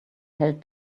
held